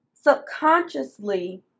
Subconsciously